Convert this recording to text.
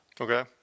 Okay